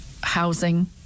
Housing